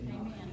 Amen